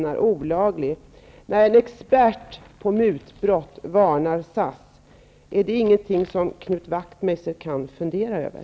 I artikeln varnar en expert på mutbrott SAS. Är inte det något som Knut Wachtmeister kan fundera över?